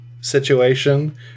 situation